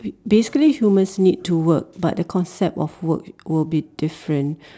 basically humans need to work but the concept of work will be different